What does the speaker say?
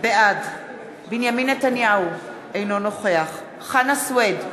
בעד בנימין נתניהו, אינו נוכח חנא סוייד,